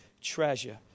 treasure